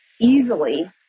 easily